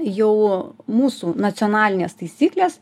jau mūsų nacionalinės taisyklės